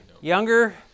younger